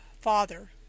father